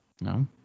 No